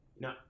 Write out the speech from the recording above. No